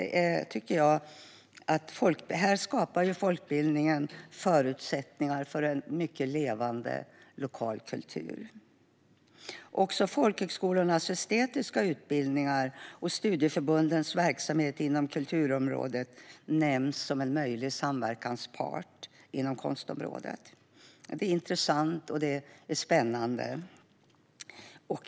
Här skapar folkbildningen förutsättningar för en mycket levande lokal kultur. Folkhögskolornas estetiska utbildningar och studieförbundens verksamhet inom kulturområdet nämns också som en möjlig samverkanspart inom konstområdet. Det är intressant och spännande.